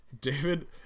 David